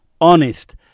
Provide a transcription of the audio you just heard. honest